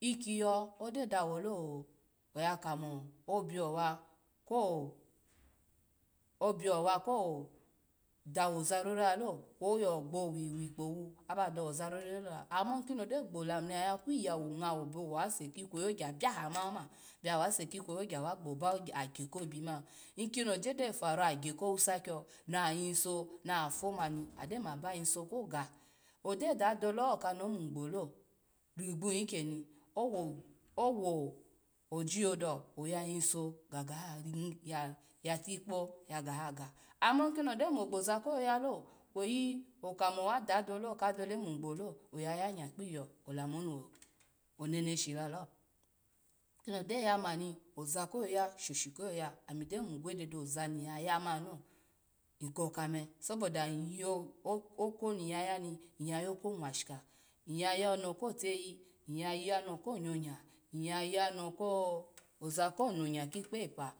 Ekiyo odawo oyakamo obuwa ko, obwu ko kodawa zaroralalo oya gbowi kpowu aba dawa zaroa lo ama kino ogyo gbo lamuno yaya iyawu bi aha wase ki kweyi ko gya mani oma, wawa gboba agya kobi koni ose gyo paru agya ko wusa io no yiso nafu mani ogyo dai dole ho oka no mu gbolo rogbo ikeni owu owujilo dawu, oya yiso gatikpa yagaga ama ni ogbo zako yoyalo okamo wa da dole oka omu gbo lo oya nya gbiyiho olamuhoni wu neneshi la lo, koni ogyo yamani ozakoyoya shoshi ko yoya kini ny gyo mu gwede dozani nya yamani lo ny koka me saboda okoni yayani nyya yoko nwshika, nyya yano koteyi nyya yoko nwshika, nyya yano koteyi, nyya yono ko nyonya, nyya zoyo ko nyoya ki kpo epa,